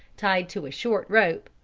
tied to a short rope,